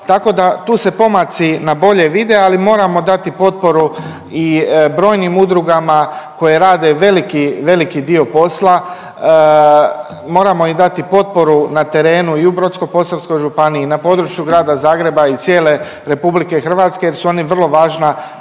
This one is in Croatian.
tako da tu se pomaci na bolje vide, ali moramo dati potporu i brojnim udrugama koje rade veliki, veliki dio posla. Moramo im dati potporu na terenu i u Brodsko-posavskoj županiji i na području grada Zagreba i cijele Republike Hrvatske jer su oni vrlo važna